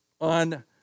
on